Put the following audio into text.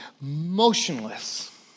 motionless